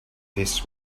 this